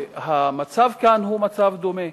המצב כאן הוא מצב דומה.